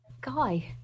Guy